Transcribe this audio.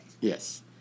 Yes